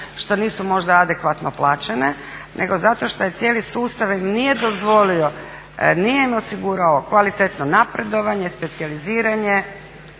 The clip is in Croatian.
što nisu možda adekvatno plaćene, nego zato što je cijeli sustav im nije dozvolio, nije im osigurao kvalitetno napredovanje, specijaliziranje,